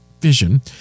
vision